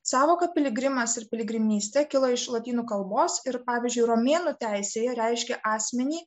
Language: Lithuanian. sąvoka piligrimas ir piligrimystė kilo iš lotynų kalbos ir pavyzdžiui romėnų teisėje reiškė asmenį